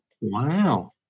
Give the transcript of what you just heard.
Wow